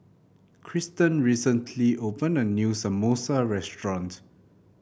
Krysten recently opened a new Samosa restaurant